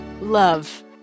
love